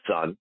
son